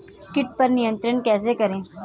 कीट पर नियंत्रण कैसे करें?